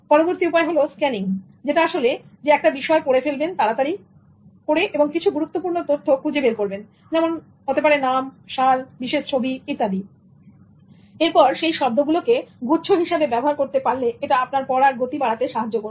পরবর্তী উপায় স্ক্যানিং যেখানে একটা বিষয় পড়ে ফেলবেন তাড়াতাড়ি কিছু গুরুত্বপূর্ণ তথ্য খুঁজে বের করবেন যেমন নাম সাল বিশেষ ছবি ইত্যাদি এবং এরপর শব্দ গুলোকে গুচ্ছ হিসেবে ব্যবহার করতে পারলে এটা আপনার পড়ার গতি বাড়াতে সাহায্য করবে